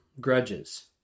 grudges